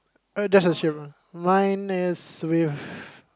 that's a Chevron mine is with